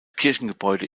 kirchengebäude